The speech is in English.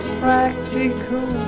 practical